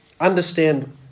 understand